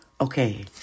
Okay